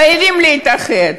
חייבים להתאחד.